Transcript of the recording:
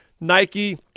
Nike